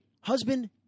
Husband